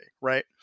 Right